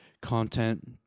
content